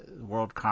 World